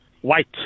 white